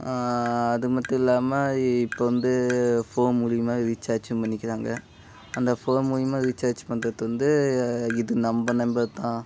அது மட்டும் இல்லாமல் இப்போ வந்து ஃபோன் மூலியமாக ரீசார்ஜும் பண்ணிக்கிறாங்க அந்த ஃபோன் மூலியமா ரீசார்ஜ் பண்ணுறது வந்து இது நம்ப நம்பர் தான்